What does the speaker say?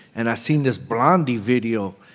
and i seen this blondie video.